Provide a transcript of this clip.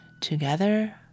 together